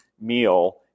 meal